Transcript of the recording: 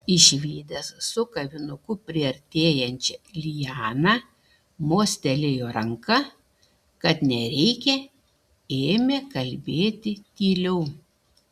išvydęs su kavinuku priartėjančią lianą mostelėjo ranka kad nereikia ėmė kalbėti tyliau